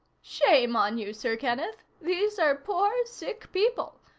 shame on you, sir kenneth. these are poor, sick people.